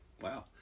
Wow